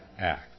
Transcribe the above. act